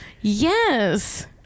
yes